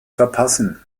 verpassen